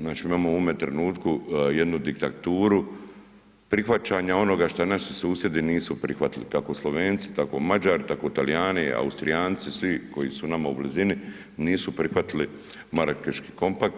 Znači imamo u ovome trenutku jednu diktaturu prihvaćanja onoga što naši susjedi nisu prihvatili, kako Slovenci, tako Mađari, tako Talijani, Austrijanci, svi koji su nama u blizini nisu prihvatili Marakeški kompakt,